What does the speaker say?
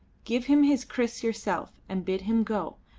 give him his kriss yourself and bid him go,